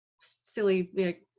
silly